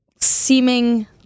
seeming